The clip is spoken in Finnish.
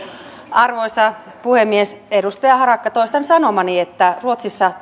arvoisa puhemies edustaja harakka toistan sanomani että ruotsissa